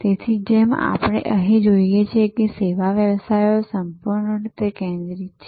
તેથી જેમ આપણે અહીં જોઈએ છીએ કે સેવા વ્યવસાયો સંપૂર્ણ રીતે કેન્દ્રિત છે